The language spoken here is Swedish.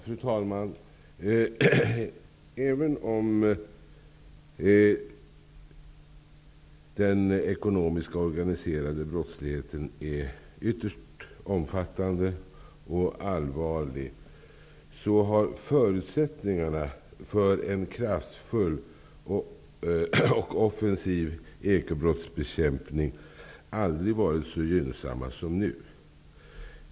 Fru talman! Även om den ekonomiska organiserade brottsligheten är ytterst omfattande och allvarlig har förutsättningarna för en kraftfull och offensiv ekobrottsbekämpning aldrig varit så gynnsamma som nu.